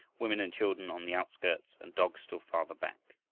women and children on the outskirts, and dogs still farther back.